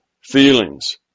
feelings